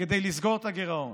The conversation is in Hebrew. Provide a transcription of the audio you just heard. כדי לסגור את הגירעון.